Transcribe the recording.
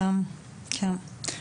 כן, כן.